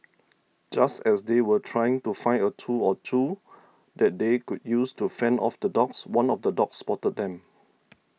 just as they were trying to find a tool or two that they could use to fend off the dogs one of the dogs spotted them